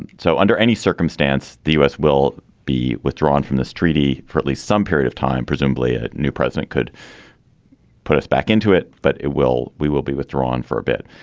and so under any circumstance the u s. will be withdrawn from this treaty for at least some period of time presumably a new president could put us back into it. but it will. we will be withdrawn for a bit.